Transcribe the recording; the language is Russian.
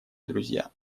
друзья